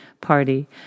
party